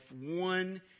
one